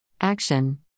Action